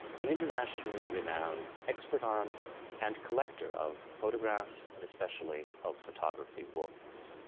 an internationally renowned expert on and collector of photographs and especially of photography books.